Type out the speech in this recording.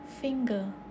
finger